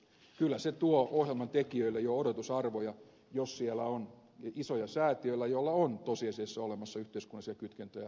kyllä se tuo ohjelman tekijöille jo odotusarvoja jos siellä on isoja säätiöitä joilla on tosiasiassa olemassa yhteiskunnallisia kytkentöjä takana